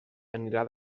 anirà